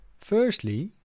firstly